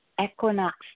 equinox